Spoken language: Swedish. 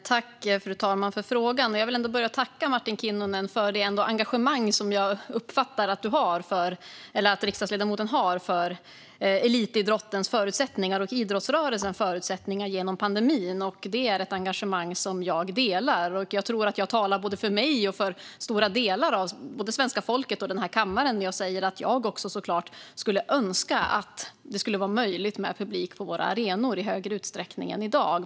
Fru talman! Jag vill tacka Martin Kinnunen för frågan och för det engagemang som jag uppfattar att han har för elitidrottens och idrottsrörelsens förutsättningar under pandemin. Det är ett engagemang som jag delar. Jag tror att jag talar för såväl mig som stora delar av svenska folket och den här kammaren när jag säger att jag önskar att det var möjligt med större publik än i dag på våra arenor.